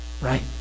right